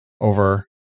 over